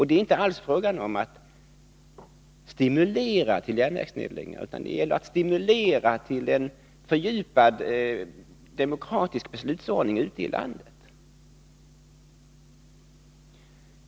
Det är inte alls fråga om att stimulera till järnvägsnedläggningar, utan det gäller att stimulera till en fördjupad demokratisk beslutsordning ute i landet.